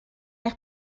eich